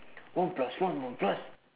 one plus one will plus